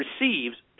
receives